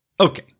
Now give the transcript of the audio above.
Okay